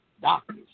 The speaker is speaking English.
Doctors